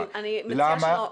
סליחה,